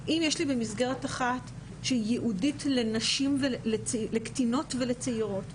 אם יש לי במסגרת אחת שהיא ייעודית לקטינות ולצעירות,